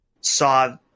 saw